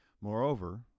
Moreover